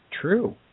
True